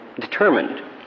determined